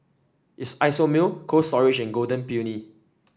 Isomil Cold Storage and Golden Peony